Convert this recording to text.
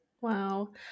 wow